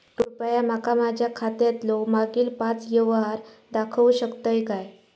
कृपया माका माझ्या खात्यातलो मागील पाच यव्हहार दाखवु शकतय काय?